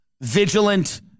vigilant